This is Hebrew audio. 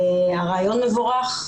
הרעיון מבורך.